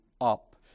up